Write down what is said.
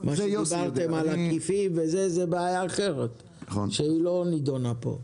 מה שדיברתם על עקיפי וזה זה בעיה אחרת שלא נידונה פה.